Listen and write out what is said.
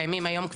הקיימים היום,